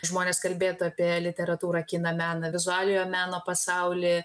žmonės kalbėtų apie literatūrą kiną meną vizualiojo meno pasaulį